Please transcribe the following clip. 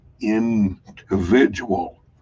individual